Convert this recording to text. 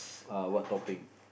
uh what topping